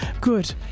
Good